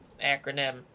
acronym